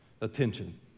attention